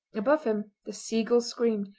above him the seagulls screamed,